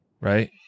right